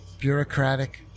bureaucratic